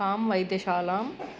कां वैद्यशालाम्